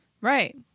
Right